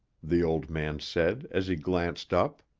the old man said as he glanced up.